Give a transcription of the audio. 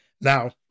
Now